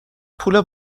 پول